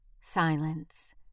silence